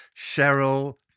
Cheryl